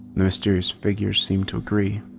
the mysterious figure seemed to agree.